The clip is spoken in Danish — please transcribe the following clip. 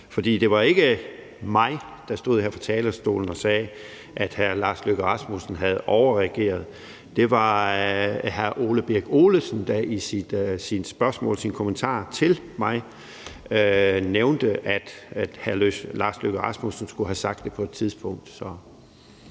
For det var ikke mig, der stod her fra talerstolen og sagde, at hr. Lars Løkke Rasmussen havde overreageret. Det var hr. Ole Birk Olesen, der i sit spørgsmål, sin kommentar til mig nævnte, at hr. Lars Løkke Rasmussen skulle have sagt det på et tidspunkt.